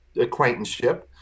acquaintanceship